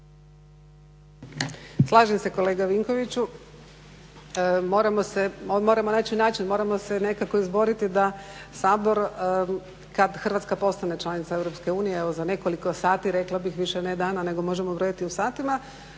Slažem se kolega Vinkoviću. Moramo naći način, moramo se nekako izboriti da Sabor kad Hrvatska postane članica EU evo za nekoliko sati rekla bih više ne dana, nego možemo brojiti u satima,